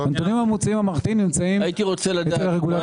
הנתונים הממוצעים המערכתיים נמצאים אצל הרגולטורים השונים.